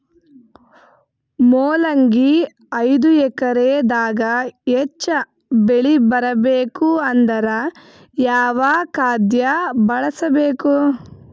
ಮೊಲಂಗಿ ಐದು ಎಕರೆ ದಾಗ ಹೆಚ್ಚ ಬೆಳಿ ಬರಬೇಕು ಅಂದರ ಯಾವ ಖಾದ್ಯ ಬಳಸಬೇಕು?